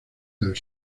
del